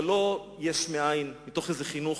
אבל לא יש מאין, מתוך איזה חינוך